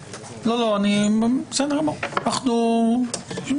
אנחנו ניתן